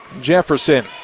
Jefferson